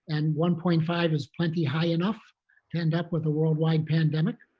and one point five is plenty high enough to end up with a worldwide pandemic.